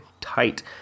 tight